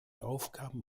aufgaben